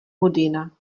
modena